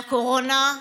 והקורונה,